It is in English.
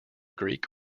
greek